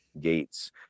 gates